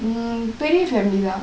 mm பெரிய:periya family தான்:thaan